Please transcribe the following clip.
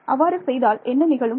அவ்வாறு செய்தால் என்ன நிகழும்